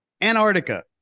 Antarctica